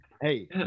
hey